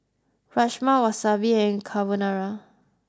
Rajma Wasabi and Carbonara